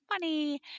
funny